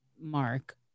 mark